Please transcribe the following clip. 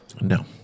no